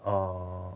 err